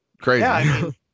crazy